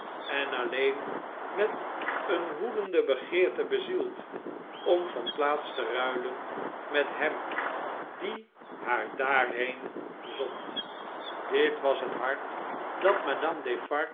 en alleen met een woedende begeerte bezield om van plaats te ruilen met hem die haar daarheen zond dit was het hart dat madame